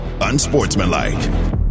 unsportsmanlike